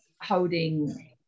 holding